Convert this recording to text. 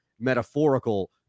metaphorical